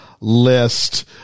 list